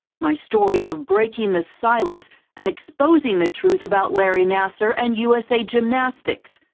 my story of breaking the silence and exposing the truth about larry nassar and u s a. gymnastics.